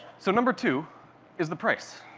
so number two is the price.